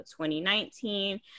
2019